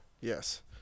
Yes